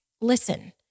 listen